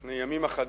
לפני ימים אחדים,